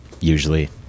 Usually